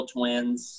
Twins